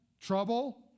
trouble